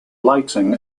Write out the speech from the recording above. lighting